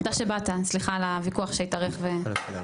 תכננתי להגיד כל כך הרבה דברים אבל הזמן קצר.